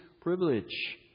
privilege